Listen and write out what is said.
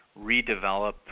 redevelop